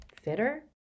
fitter